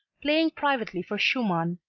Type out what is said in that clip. playing privately for schumann,